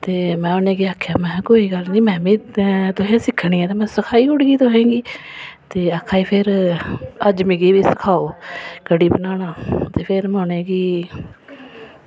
में उनेंगी केह् आक्खेआ मे हां कोई गल्ल निं तुसें सिक्खनी ऐ ते में सखाई ओड़गी तुसें ई ते आक्खदी भी अज्ज मिगी बी सखाओ बनाना कढ़ी ते अज्ज में उनेंगी